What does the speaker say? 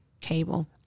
Cable